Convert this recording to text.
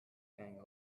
feeling